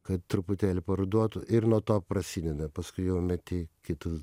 kad truputėlį paruduotų ir nuo to prasideda paskui jau meti kitus